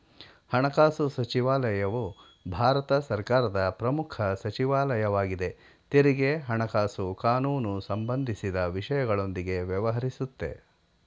ಹಣಕಾಸು ಸಚಿವಾಲಯವು ಭಾರತ ಸರ್ಕಾರದ ಪ್ರಮುಖ ಸಚಿವಾಲಯವಾಗಿದೆ ತೆರಿಗೆ ಹಣಕಾಸು ಕಾನೂನು ಸಂಬಂಧಿಸಿದ ವಿಷಯಗಳೊಂದಿಗೆ ವ್ಯವಹರಿಸುತ್ತೆ